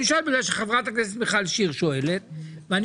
אני שואל בגלל שחברת הכנסת מיכל שיר שואלת ואני